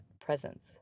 presence